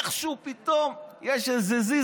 איכשהו פתאום יש איזה זיז,